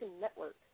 Network